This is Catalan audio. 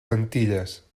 antilles